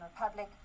Republic